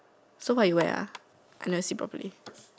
so what you wear ah I never see properly